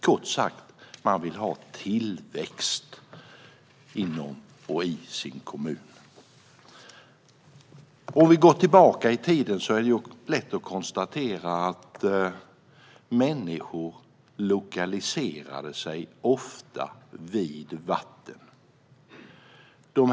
Kort sagt: Man vill ha tillväxt i sin kommun. Går vi tillbaka i tiden är det lätt att konstatera att människor ofta lokaliserade sig vid vatten.